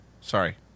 Sorry